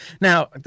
Now